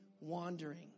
wandering